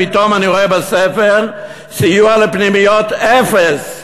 פתאום אני רואה בספר: סיוע לפנימיות, אפס.